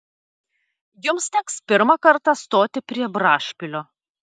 jums teks pirmą kartą stoti prie brašpilio